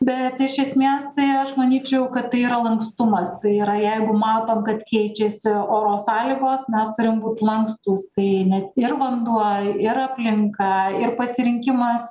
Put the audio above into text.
bet iš esmės tai aš manyčiau kad tai yra lankstumas tai yra jeigu matom kad keičiasi oro sąlygos mes turim būt lankstūs tai net ir vanduo ir aplinka ir pasirinkimas